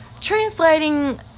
translating